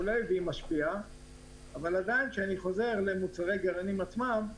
אבל אם לחזור למוצרי גרעינים עצמם,